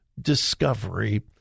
discovery